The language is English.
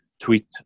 tweet